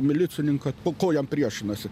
milicininką ko jam priešinasi